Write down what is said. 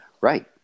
right